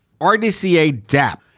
RDCA-DAP